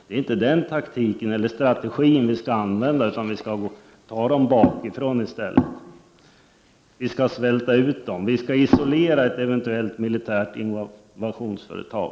Det är inte den taktiken — eller strategin — vi skall använda, utan vi skall ta fienden bakifrån i stället. Vi skall svälta ut angriparna. Vi skall isolera ett eventuellt militärt invasionsföretag.